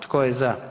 Tko je za?